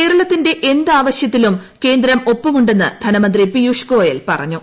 കേരളത്തിന്റെ എന്ത് ആവശ്യത്തിലും കേന്ദ്രം ഒപ്പമുണ്ടെന്ന് ധനമന്ത്രി പിയുഷ് ഗോയൽ പറഞ്ഞു